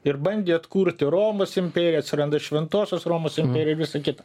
ir bandė atkurti romos imperiją atsiranda šventosios romos imperija visa kita